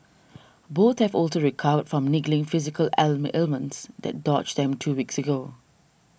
both have also recovered from niggling physical ailments that dogged them two weeks ago